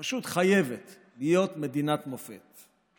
פשוט חייבת להיות מדינת מופת.